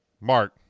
Mark